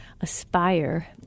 aspire